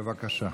בבקשה,